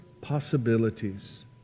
possibilities